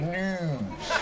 news